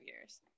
years